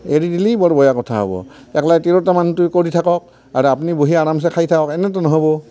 এৰি দিলেই বৰ বেয়া কথা হ'ব অকলে তিৰোতা মানুহটোৱে কৰি থাকক আৰু আপুনি বহি আৰামছে খাই থাকক এনেতো নহ'ব